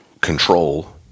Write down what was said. control